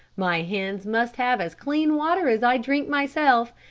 my hens must have as clean water as i drink myself,